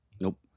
Nope